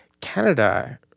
Canada